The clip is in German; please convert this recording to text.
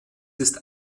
ist